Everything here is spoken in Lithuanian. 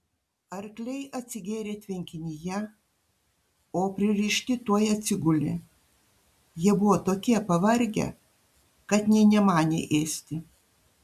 arkliai atsigėrė tvenkinyje o pririšti tuoj atsigulė jie buvo tokie pavargę kad nė nemanė ėsti